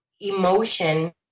emotion